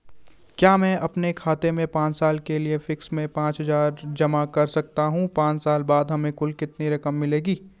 क्या मैं अपने खाते में पांच साल के लिए फिक्स में पचास हज़ार जमा कर सकता हूँ पांच साल बाद हमें कुल कितनी रकम मिलेगी?